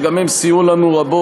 שגם הם סייעו לנו רבות,